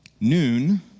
Noon